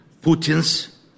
Putin's